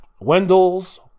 Wendell's